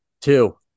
Two